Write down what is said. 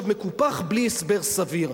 מקופח בלי הסבר סביר.